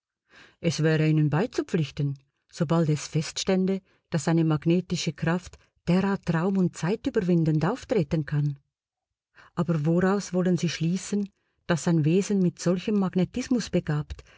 es wäre ihnen beizupflichten sobald es feststände daß eine magnetische kraft derart raum und zeitüberwindend auftreten kann aber woraus wollen sie schließen daß ein wesen mit solchem magnetismus begabt